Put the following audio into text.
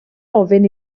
ofyn